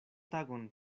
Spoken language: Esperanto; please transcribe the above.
tagon